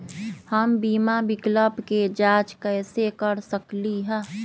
हम बीमा विकल्प के जाँच कैसे कर सकली ह?